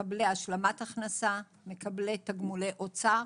מקבלי השלמת הכנסה, מקבלי תגמולי אוצר